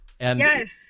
Yes